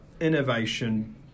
innovation